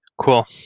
Cool